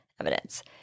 evidence